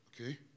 Okay